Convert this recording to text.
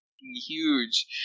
huge